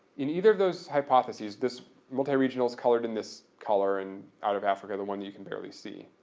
in either of those hypotheses, this multi-regional is colored in this color and out of africa, the one you can barely see,